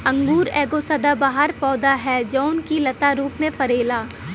अंगूर एगो सदाबहार पौधा ह जवन की लता रूप में फरेला